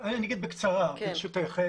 אני אגיד בקצרה, ברשותך.